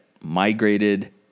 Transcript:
migrated